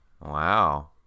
Wow